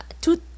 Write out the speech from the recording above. two